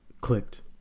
clicked